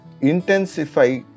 intensify